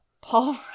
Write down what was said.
Paul